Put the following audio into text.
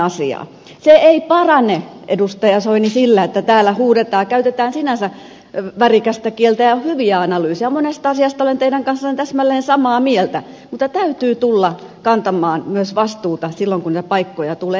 se ei parane edustaja soini sillä että täällä huudetaan käytetään sinänsä värikästä kieltä ja hyviä analyyseja monesta asiasta olen teidän kanssanne täsmälleen samaa mieltä vaan täytyy tulla kantamaan myös vastuuta silloin kun niitä paikkoja tulee